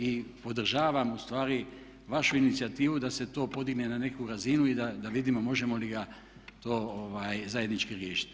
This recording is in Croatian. I podržavam ustvari vašu inicijativu da se to podigne na neku razinu i da vidimo možemo li ga zajednički riješiti.